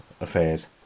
affairs